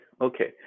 okay